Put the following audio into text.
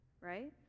right